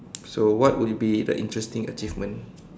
so what would be the interesting achievement